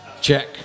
check